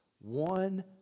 one